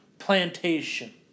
plantation